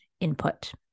input